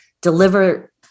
deliver